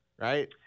Right